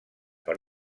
per